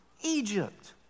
Egypt